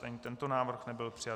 Ani tento návrh nebyl přijat.